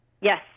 Yes